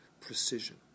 precision